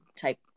type